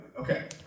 Okay